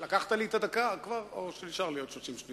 כבר לקחת לי את הדקה או שנשארו לי עוד 30 שניות?